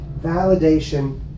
Validation